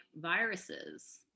viruses